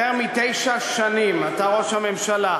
יותר מתשע שנים אתה ראש הממשלה,